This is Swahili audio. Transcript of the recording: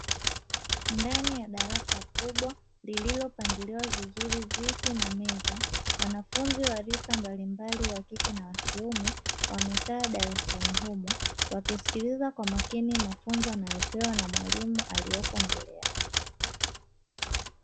Ndani ya darasa kubwa lililopangiliwa vizuri viti na meza, wanafunzi wa rika mbalimbali, wa kike na wa kiume wamekaa darasani humo, wakisikiliza kwa makini mafunzo wanayopewa na mwalimu aliyeko mbele yao.